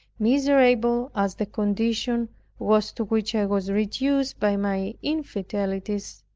miserable as the condition was to which i was reduced by my infidelities,